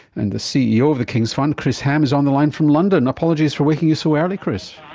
and the ceo of the king's fund, chris ham, is on the line from london. apologies for waking you so early chris.